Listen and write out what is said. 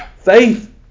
Faith